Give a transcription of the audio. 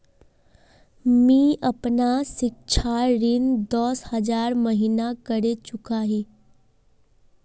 मी अपना सिक्षा ऋण दस हज़ार महिना करे चुकाही